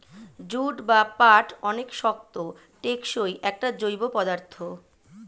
jute বা পাট অনেক শক্ত, টেকসই একটা জৈব পদার্থ